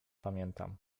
pamiętam